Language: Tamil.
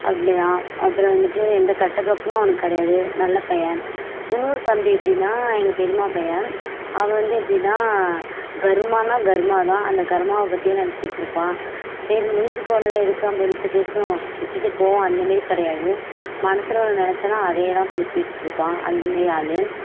அப்படிதான் அப்பறம் வந்துட்டு எந்த கெட்ட பழக்கமும் அவனுக்கு கிடையாது நல்ல பையன் இன்னொரு தம்பி எப்படின்னா எங்கள் பெரியம்மா பையன் அவன் வந்து எப்படின்னா கர்மான கர்மாதான் அந்த கர்மாவைப்பத்தியே நினச்சிட்டு இருப்பான் சரி முடிஞ்சிபோனதை எதுக்கு நம்ம இழுத்து பேசும் விட்டுட்டு போகும் அந்தமாரி கிடையாது மனசில் ஒன்று நினச்சனா அதேதான் பிடிச்சிட்டு இருப்பான் அந்தமாரி ஆள்